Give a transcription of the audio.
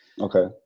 Okay